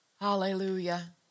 Hallelujah